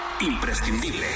imprescindible